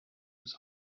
his